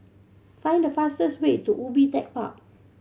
find the fastest way to Ubi Tech Park